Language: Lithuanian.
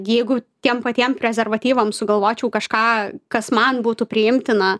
jeigu tiem patiem prezervatyvam sugalvočiau kažką kas man būtų priimtina